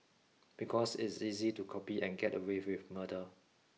because it's easy to copy and get away with murder